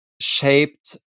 shaped